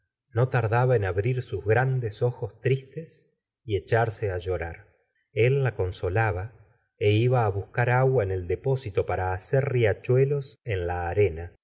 no tardaba en abrir sus grandes ojos tristes y echarse á llorar el la consohba é iba á buscar agua en el depósito para hacer riachuelos en la arena